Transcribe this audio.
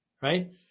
right